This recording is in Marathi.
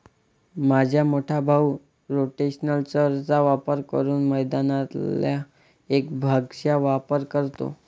माझा मोठा भाऊ रोटेशनल चर चा वापर करून मैदानातल्या एक भागचाच वापर करतो